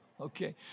Okay